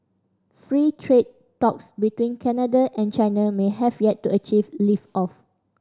free trade talks between Canada and China may have yet to achieve lift off